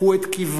קחו את קבריכם"?